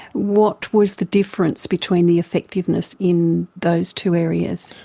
what was the difference between the effectiveness in those two areas?